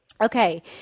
Okay